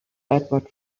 edward